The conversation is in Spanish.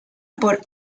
por